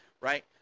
right